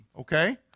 okay